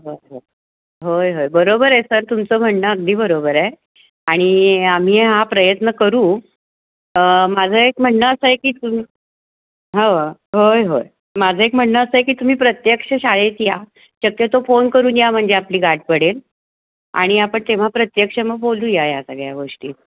बरं होय होय बरोबर आहे सर तुमचं म्हणणं अगदी बरोबर आहो आणि आम्ही हा प्रयत्न करू माझं एक म्हणणं असं आहे की तुम हो होय होय माझं एक म्हणणं असं आहे की तुम्ही प्रत्यक्ष शाळेत या शक्यतो फोन करून या म्हणजे आपली गाठ पडेल आणि आपण तेव्हा प्रत्यक्ष मग बोलूया या सगळ्या गोष्टी